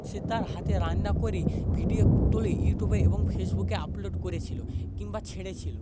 সে তার হাতে রান্না করে ভিডিও তুলে ইউটিউবে এবং ফেসবুকে আপলোড করেছিল কিংবা ছেড়েছিল